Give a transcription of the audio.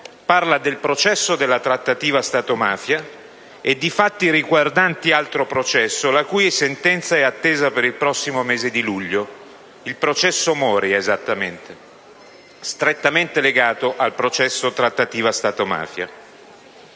parla del processo sulla trattativa Stato-mafia e di fatti riguardanti altro processo, la cui sentenza è attesa per il prossimo mese di luglio, quello che riguarda il generale Mori, strettamente legato al processo sulla trattativa Stato-mafia.